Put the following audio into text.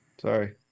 Sorry